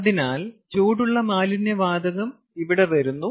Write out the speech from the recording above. അതിനാൽ ചൂടുള്ള മാലിന്യ വാതകം ഇവിടെ വരുന്നു